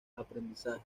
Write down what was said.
aprendizaje